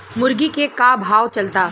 मुर्गा के का भाव चलता?